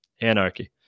anarchy